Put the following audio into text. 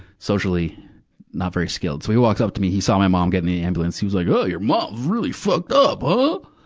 socially not very skilled. so he walks up to me, he saw my mom get in the ambulance. he was like, oh, your mom's really fucked up, huh?